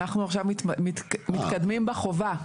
אנחנו עכשיו מתקדמים בחובה.